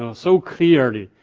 ah so clearly,